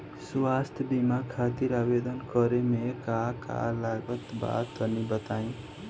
स्वास्थ्य बीमा खातिर आवेदन करे मे का का लागत बा तनि बताई?